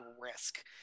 risk